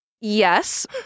Yes